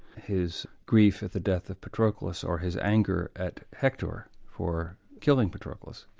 his grief at the death of patroklos or his anger at hector for killing patroklos,